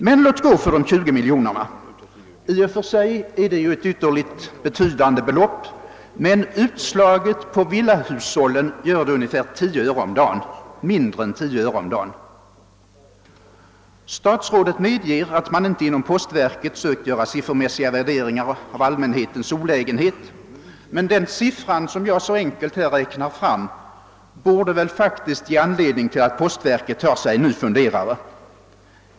Men låt gå för de 20 miljonerna. I och för sig är det ju ett synnerligen betydande belopp, men utslaget på villahushållen motsvarar det mindre än 10 öre om dagen. Statsrådet medger att postverket inte sökt göra siffermässiga värderingar av allmänhetens olägenhet, men den siffra som jag så enkelt räknat fram borde faktiskt ge postverket anledning att ta sig en funderare.